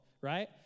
right